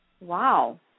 wow